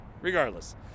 regardless